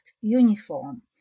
uniform